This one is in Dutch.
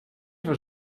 was